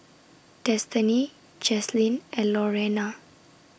Destiney Jaslene and Lorena